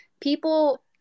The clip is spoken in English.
people